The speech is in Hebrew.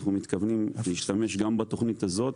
אנחנו מתכוונים להשתמש גם בתכנית הזאת